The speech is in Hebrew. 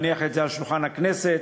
להניח את זה על שולחן הכנסת.